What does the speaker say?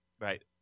Right